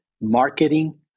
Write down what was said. marketing